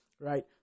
right